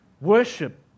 Worship